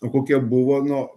o kokie buvo nu